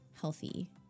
healthy